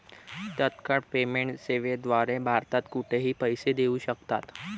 तत्काळ पेमेंट सेवेद्वारे भारतात कुठेही पैसे देऊ शकतात